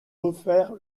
refaire